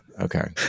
Okay